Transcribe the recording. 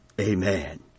Amen